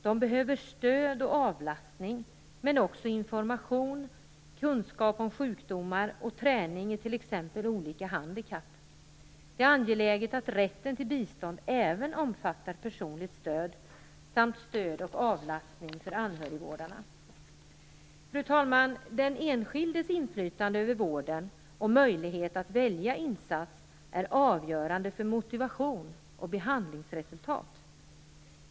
De behöver stöd och avlastning, men också information, kunskap om sjukdomar och träning i t.ex. olika handikapp. Det är angeläget att rätten till bistånd även omfattar personligt stöd samt stöd och avlastning för anhörigvårdarna. Fru talman! Den enskildes inflytande över vården och möjlighet att välja insats är avgörande för motivation och behandlingsresultat.